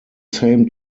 same